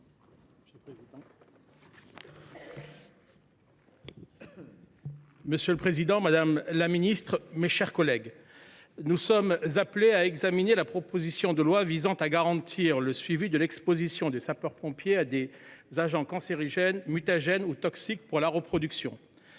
Monsieur le président, madame la ministre, mes chers collègues, la proposition de loi visant à garantir le suivi de l’exposition des sapeurs pompiers à des agents cancérogènes, mutagènes ou toxiques pour la reproduction